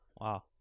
Wow